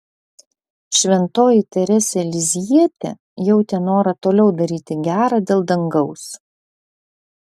šventoji teresė lizjietė jautė norą toliau daryti gera dėl dangaus